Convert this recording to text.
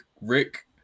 Rick